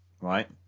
Right